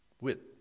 wit